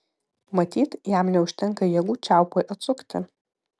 matyt jam neužtenka jėgų čiaupui atsukti